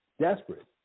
Desperate